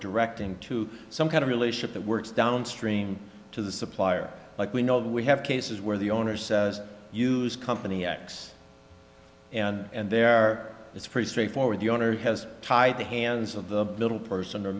direct into some kind of relationship that works downstream to the supplier like we know we have cases where the owner says use company x and there it's pretty straightforward the owner has tied the hands of the middle person or